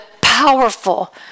powerful